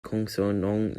concernant